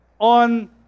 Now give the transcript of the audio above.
on